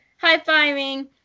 high-fiving